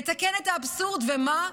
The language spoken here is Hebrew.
לתקן את האבסורד, ומה?